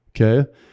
Okay